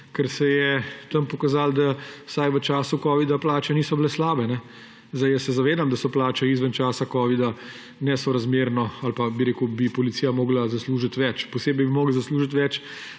ker se je tam pokazalo, da vsaj v času covida plače niso bile slabe. Jaz se zavedam, da so plače izven časa covida drugačne oziroma bi policija morala zaslužiti več. Posebej bi morali zaslužiti več